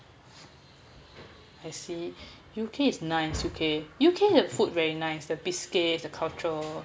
I see U_K is nice U_K U_K have food very nice the biscuit the cultural